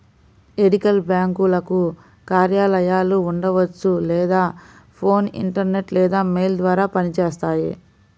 ethical బ్యేంకులకు కార్యాలయాలు ఉండవచ్చు లేదా ఫోన్, ఇంటర్నెట్ లేదా మెయిల్ ద్వారా పనిచేస్తాయి